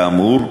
כאמור,